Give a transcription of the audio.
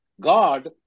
God